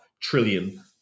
trillion